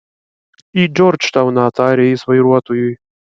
į džordžtauną tarė jis vairuotojui